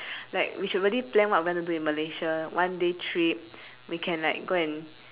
like we should really plan what we want to do in malaysia one day trip we can like go and